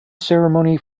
ceremony